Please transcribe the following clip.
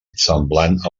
semblant